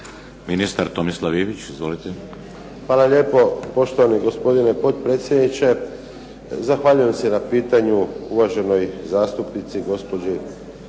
**Ivić, Tomislav (HDZ)** Hvala lijepo. Poštovani gospodine potpredsjedniče. Zahvaljujem se na pitanju uvaženoj zastupnici gospođi